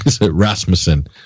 Rasmussen